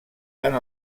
tant